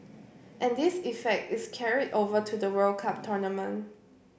and this effect is carried over to the World Cup tournament